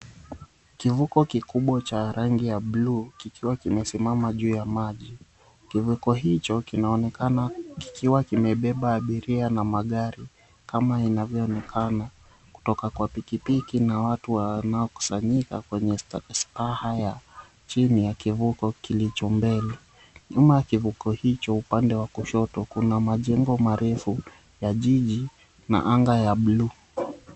Kivuko kikubwa cha rangi ya buluu kikiwa kimesimama juu ya maji. Kivuko hicho kinaonekana kikiwa kimebeba abiria na magari kama inavyoonekana kutoka kwa pikipiki na watu wanaokusanyika kwenye staha ya chini ya kivuko kilicho mbele. Nyuma ya kivuko hicho upande wa kushoto kuna majengo marefu ya jiji na anga ya buluu.